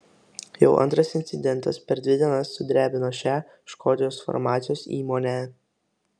jau antras incidentas per dvi dienas sudrebino šią škotijos farmacijos įmonę